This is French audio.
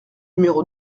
numéro